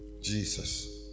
Jesus